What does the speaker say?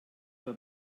wer